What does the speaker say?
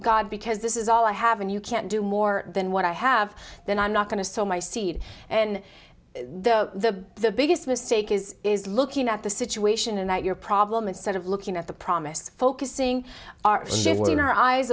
god because this is all i have and you can't do more than what i have then i'm not going to so my seed and the the biggest mistake is is looking at the situation and that your problem instead of looking at the promised focusing our shit in our eyes